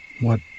What